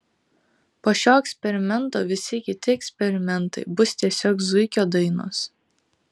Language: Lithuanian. po šio eksperimento visi kiti eksperimentai bus tiesiog zuikio dainos